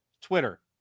Twitter